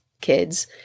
kids